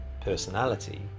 personality